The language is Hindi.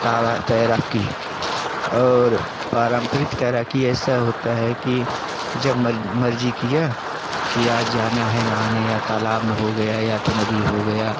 ताव तैराकी और पारंपरिक तैराकी ऐसी होता है कि जब मर्ज़ी किया कि आज जाना है नहाने या तालाब में हो गया या तो नदी हो गई